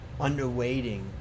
underweighting